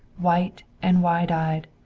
white and wide-eyed,